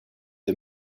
the